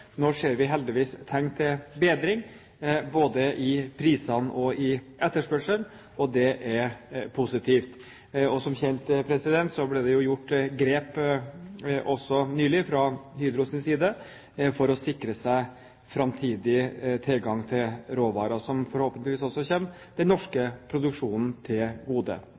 Nå ser vi heldigvis tegn til bedring, både når det gjelder priser, og når det gjelder etterspørsel, og det er positivt. Og som kjent ble det nylig gjort grep fra Hydros side for å sikre seg framtidig tilgang til råvarer, som forhåpentligvis også kommer den norske produksjonen til gode.